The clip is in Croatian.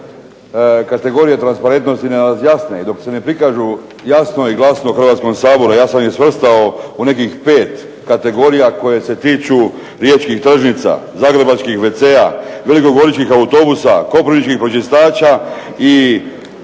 kategorije transparentnosti ne razjasne i dok se ne prikažu jasno i glasno Hrvatskom saboru. Ja sam ih svrstao u nekih pet kategorija koje se tiču Riječkih tržnica, Zagrebačkih wc-a, Velikogoričkih autobusa, Koprivničkih pročistaća i